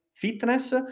fitness